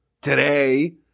today